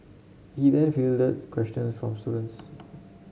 he then fielded questions from students